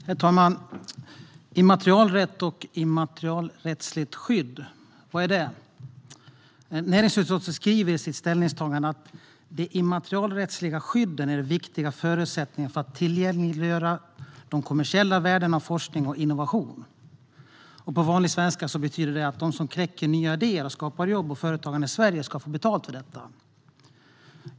Herr talman! Vad är immaterialrätt och immaterialrättsligt skydd? Näringsutskottet skriver i sitt ställningstagande att de immaterialrättsliga skydden är viktiga förutsättningar för att tillgängliggöra de kommersiella värdena av forskning och innovation. På vanlig svenska betyder det att de som kläcker nya idéer och som skapar jobb och företagande i Sverige ska få betalt för detta.